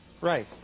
right